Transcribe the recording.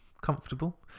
comfortable